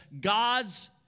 God's